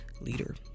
leader